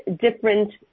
different